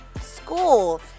school